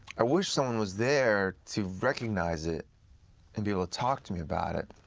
i wish someone was there to recognize it and be able to talk to me about it,